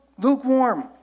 lukewarm